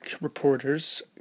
reporters